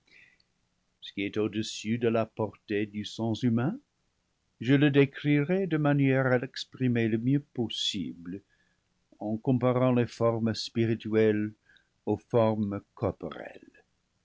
ce qui est au-dessus de la portée du sens humain je le décrirai de ma nière à l'exprimer le mieux possible en comparant les formes spirituelles aux formes corporelles